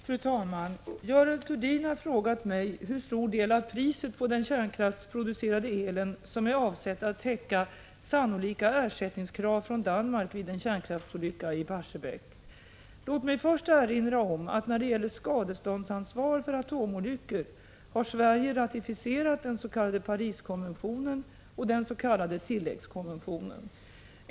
Fru talman! Görel Thurdin har frågat mig hur stor del av priset på den kärnkraftsproducerade elen som är avsedd att täcka sannolika ersättningskrav från Danmark vid en kärnkraftsolycka i Barsebäck. Låt mig först erinra om att Sverige när det gäller skadeståndsansvar för atomolyckor har ratificerat den s.k. Pariskonventionen och den s.k. tilläggskonventionen.